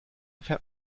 fährt